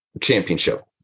championship